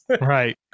right